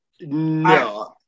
No